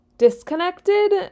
disconnected